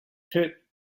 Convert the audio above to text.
pitt